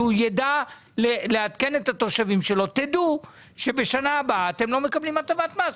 כדי שיידע לעדכן את התושבים שלו: דעו שבשנה הבאה אתם לא מקבלים הטבת מס,